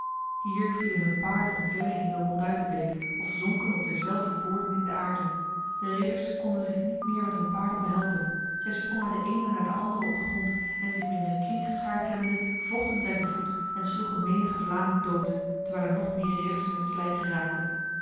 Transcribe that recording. hier vielen hun paarden omverre in de ronduitebeek of zonken op derzelver boorden in de aarde de ridders konden zich niet meer met hun paarden behelpen zij sprongen de ene na de andere op de grond en zich weer in een kring geschaard hebbende vochten zij te voet en sloegen menige vlaming dood terwijl er nog meer ridders in het slijk geraakten